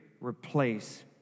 replace